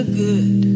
good